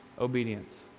obedience